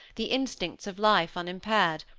the instincts of life unimpaired,